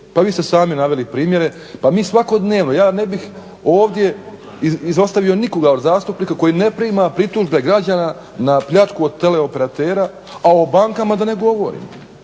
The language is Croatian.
pa vi ste sami naveli primjeri, pa mi svakodnevno, ja ne bih ovdje izostavio nikoga od zastupnika koji ne prima pritužbe građana na pljačku od tele operatera a o bankama da ne govorim.